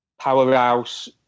powerhouse